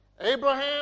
Abraham